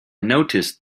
noticed